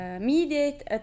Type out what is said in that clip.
mediate